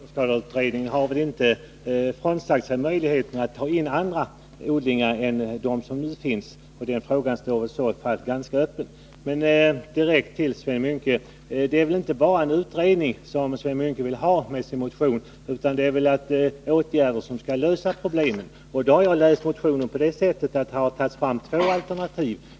Herr talman! Skördeskadeskyddsutredningen har ju inte frånsagt sig möjligheten att ta med i behandlingen även andra odlingar än dem som nu finns med, och därför står frågan så till vida öppen. Men jag vill — för att vända mig direkt till Sven Munke — också säga att det är väl inte bara en utredning som man vill ha i motionen, utan också åtgärder som skall lösa problemen. I motionen lämnas två alternativa förslag till åtgärder.